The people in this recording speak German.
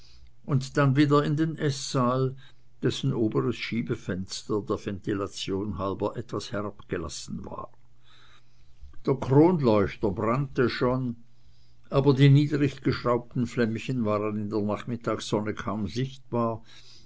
und dann wieder in den eßsaal dessen oberes schiebefenster der ventilation halber etwas herabgelassen war der kronleuchter brannte schon aber die niedriggeschraubten flämmchen waren in der nachmittagssonne kaum sichtbar